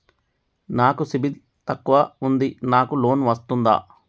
నాకు సిబిల్ తక్కువ ఉంది నాకు లోన్ వస్తుందా?